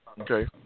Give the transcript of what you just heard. okay